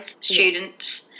students